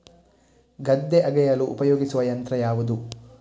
ಗದ್ದೆ ಅಗೆಯಲು ಉಪಯೋಗಿಸುವ ಯಂತ್ರ ಯಾವುದು?